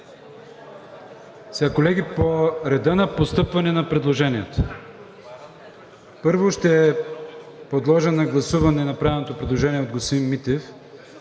Колеги, по реда на постъпване на предложенията: първо ще подложа на гласуване направеното предложение от господин Митев